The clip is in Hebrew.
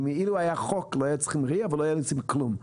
כי אילו היה חוק לא היו צריכים RIA ולא היו צריכים כלום.